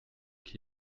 qui